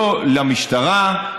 לא למשטרה,